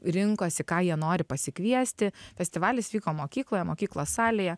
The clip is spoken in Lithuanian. rinkosi ką jie nori pasikviesti festivalis vyko mokykloje mokyklos salėje